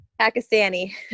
Pakistani